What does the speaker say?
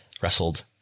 wrestled